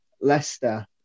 Leicester